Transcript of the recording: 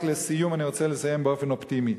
רק לסיום, אני רוצה לסיים באופן אופטימי.